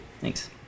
thanks